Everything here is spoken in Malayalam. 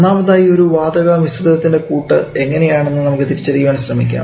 ഒന്നാമതായി ഒരു വാതക മിശ്രിതത്തിൻറെ കൂട്ട് എങ്ങനെയാണെന്ന് നമുക്ക് തിരിച്ചറിയാൻ ശ്രമിക്കാം